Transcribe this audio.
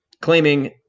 claiming